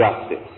justice